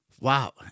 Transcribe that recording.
Wow